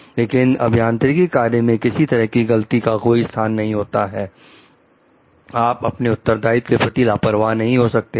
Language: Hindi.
लेकिन अभियांत्रिकी कार्यों में किसी तरह की गलती का कोई स्थान नहीं होता है आप अपने उत्तरदायित्व के प्रति लापरवाह नहीं हो सकते हैं